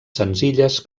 senzilles